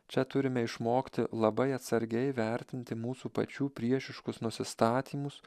čia turime išmokti labai atsargiai vertinti mūsų pačių priešiškus nusistatymus